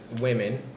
women